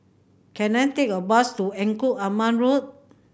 can I take a bus to Engku Aman Road